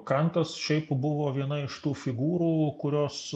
kantas šiaip buvo viena iš tų figūrų kurios